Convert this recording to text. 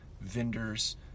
vendors